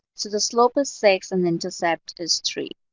so the slope of six, and the intercept is three.